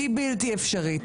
שהיא בלתי אפשרית,